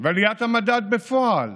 ועליית המדד בפועל.